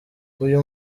uyu